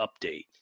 update